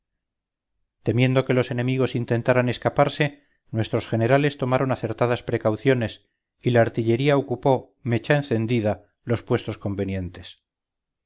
temiendo que los enemigos intentaran escaparse nuestros generales tomaron acertadas precauciones y la artillería ocupó mecha encendida los puestos convenientes